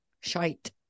shite